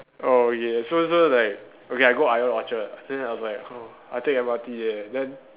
oh yes so so it's like okay I go ion Orchard then I was like oh I take M_R_T there then